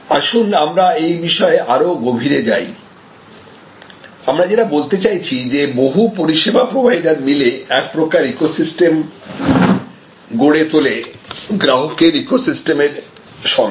আসুন আমরা এই বিষয়ে আরো গভীরে যাই আমরা যেটা বলতে চাইছি যে বহু পরিষেবা প্রোভাইডার মিলে এক প্রকার ইকোসিস্টেম গড়ে তোলে গ্রাহকের ইকোসিস্টেমের সঙ্গে